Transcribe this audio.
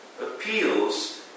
appeals